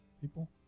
People